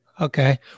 Okay